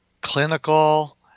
clinical